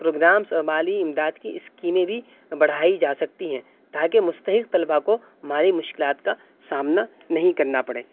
programmes اور مالی امداد کی اسکیمیں بھی بڑھائی جا سکتی ہیں تاکہ مستحق طلبا کو مالی مشکلات کا سامنا نہیں کرنا پڑے